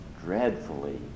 dreadfully